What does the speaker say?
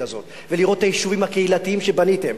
הזאת ולראות את היישובים הקהילתיים שבניתם,